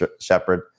Shepard